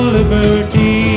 liberty